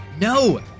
No